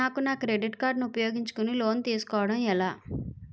నాకు నా credit card ఉపయోగించుకుని లోన్ తిస్కోడం ఎలా?